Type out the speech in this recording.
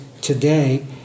today